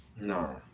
No